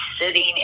sitting